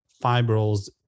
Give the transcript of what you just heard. fibrils